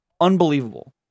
unbelievable